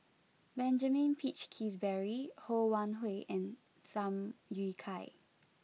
Benjamin Peach Keasberry Ho Wan Hui and Tham Yui Kai